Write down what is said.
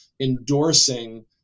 endorsing